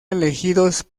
elegidos